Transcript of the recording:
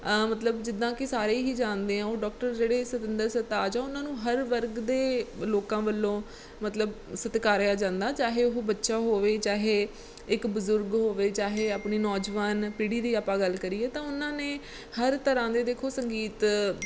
ਮਤਲਬ ਜਿੱਦਾਂ ਕਿ ਸਾਰੇ ਹੀ ਜਾਣਦੇ ਹਾਂ ਉਹ ਡਾਕਟਰ ਜਿਹੜੇ ਸਤਿੰਦਰ ਸਰਤਾਜ ਆ ਉਹਨਾਂ ਨੂੰ ਹਰ ਵਰਗ ਦੇ ਲੋਕਾਂ ਵੱਲੋਂ ਮਤਲਬ ਸਤਿਕਾਰਿਆ ਜਾਂਦਾ ਚਾਹੇ ਉਹ ਬੱਚਾ ਹੋਵੇ ਚਾਹੇ ਇੱਕ ਬਜ਼ੁਰਗ ਹੋਵੇ ਚਾਹੇ ਆਪਣੀ ਨੌਜਵਾਨ ਪੀੜ੍ਹੀ ਦੀ ਆਪਾਂ ਗੱਲ ਕਰੀਏ ਤਾਂ ਉਹਨਾਂ ਨੇ ਹਰ ਤਰ੍ਹਾਂ ਦੇ ਦੇਖੋ ਸੰਗੀਤ